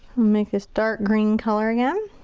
make this dark green color again.